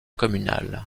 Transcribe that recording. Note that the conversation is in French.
communal